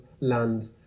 land